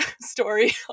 story